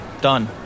Done